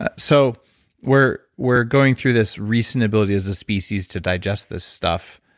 ah so we're we're going through this recent ability as a species to digest this stuff.